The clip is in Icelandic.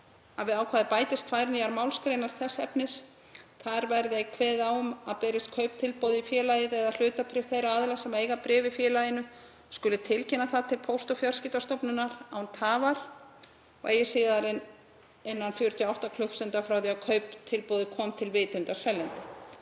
við ákvæðið bætist tvær nýjar málsgreinar þess efnis. Þar verði kveðið á um að berist kauptilboð í félagið eða hlutabréf þeirra aðila sem eiga bréf í félaginu skuli tilkynna það til Póst- og fjarskiptastofnunar án tafar, eigi síðar en innan 48 klukkustunda frá því að kauptilboðið kom til vitundar seljanda.